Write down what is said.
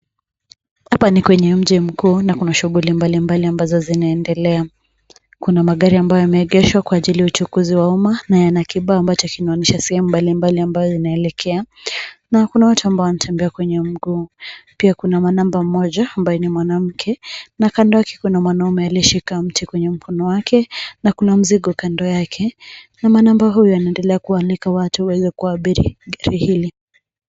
Hapa ni kwenye mji mkuu na kuna shughuli mbalimbali ambazo zinaendelea. Kuna magari ambayo yameegeshwa kwa ajili ya uchukuzi wa umma na yana kibao ambacho kinaonyesha sehemu mbalimbali ambayo yanaelekea. Na kuna watu ambao wanatembea kwenye mguu. Pia kuna mwanamaba mmoja ambaye ni mwanamke na kando yake kuna mwanaume aliyeshika mti kwenye mkono wake na kuna mzigo kando yake. Na manamba huyu anaendelea kualika watu waweze kuabiri gari hili.